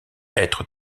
être